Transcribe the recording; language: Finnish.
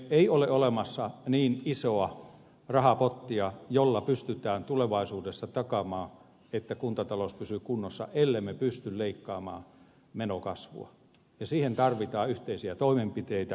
ei ole olemassa niin isoa rahapottia jolla pystytään tulevaisuudessa takaamaan että kuntatalous pysyy kunnossa ellemme pysty leikkaamaan menokasvua ja siihen tarvitaan yhteisiä toimenpiteitä